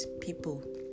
people